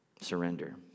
Surrender